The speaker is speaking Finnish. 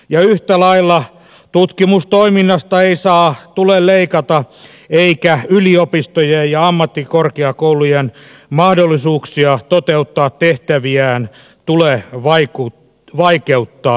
yhtä lailla tutkimustoiminnasta ei tule leikata eikä yliopistojen ja ammattikorkeakoulujen mahdollisuuksia toteuttaa tehtäviään tule vaikeuttaa